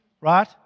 Right